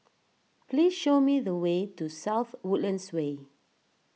please show me the way to South Woodlands Way